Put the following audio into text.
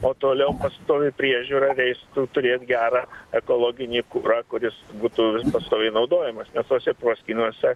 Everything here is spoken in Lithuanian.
o toliau pastovi priežiūra leistų turėt gerą ekologinį kurą kuris būtų pastoviai naudojamas nes tose proskynose